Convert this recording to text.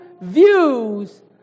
views